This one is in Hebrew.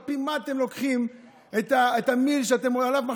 על פי מה אתם לוקחים את המיל שעליו אתם